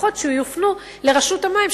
לפחות שיופנו לרשות המים,